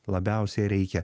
labiausiai reikia